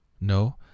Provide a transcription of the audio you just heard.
No